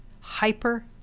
hyper